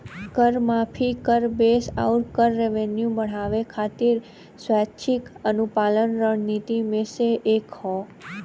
कर माफी, कर बेस आउर कर रेवेन्यू बढ़ावे खातिर स्वैच्छिक अनुपालन रणनीति में से एक हौ